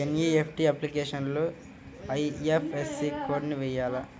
NEFT అప్లికేషన్లో IFSC code వేయాలా?